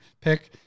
pick